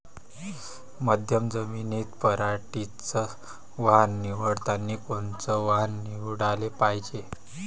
मध्यम जमीनीत पराटीचं वान निवडतानी कोनचं वान निवडाले पायजे?